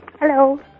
Hello